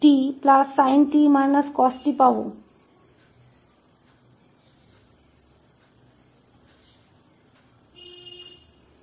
तो इस एकीकरण के बाद हमें 1 t sin 𝑡 cost मिलता है